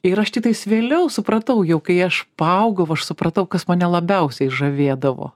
ir aš tiktais vėliau supratau jau kai aš paaugau aš supratau kas mane labiausiai žavėdavo